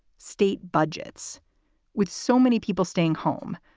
state budgets with so many people staying home.